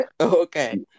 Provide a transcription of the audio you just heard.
Okay